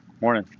morning